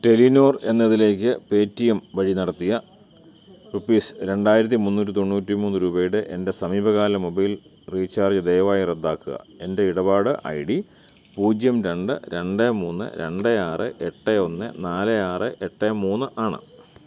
Telenor എന്നതിലേക്ക് Paytm വഴി നടത്തിയ റുപ്പീസ് രണ്ടായിരത്തി മുന്നൂറ്റി തൊണ്ണൂറ്റി മൂന്ന് രൂപയുടെ എൻ്റെ സമീപകാല മൊബൈൽ റീചാർജ് ദയവായി റദ്ദാക്കുക എൻ്റെ ഇടപാട് ഐ ഡി പൂജ്യം രണ്ട് രണ്ട് മൂന്ന് രണ്ട് ആറ് എട്ട് ഒന്ന് നാല് ആറ് എട്ട് മൂന്ന് ആണ്